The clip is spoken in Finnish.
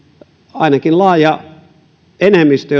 ainakin laaja enemmistö